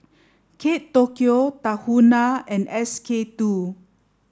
Kate Tokyo Tahuna and S K two